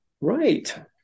Right